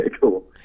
cool